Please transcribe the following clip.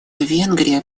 венгрия